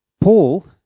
Paul